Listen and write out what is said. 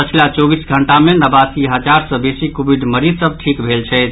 पछिला चौबीस घंटा मे नवासी हजार सँ बेसी कोविड मरीज सभ ठीक भेल छथि